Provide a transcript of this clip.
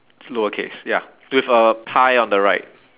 lowercase ya with a pie on the right